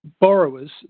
borrowers